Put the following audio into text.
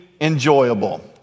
enjoyable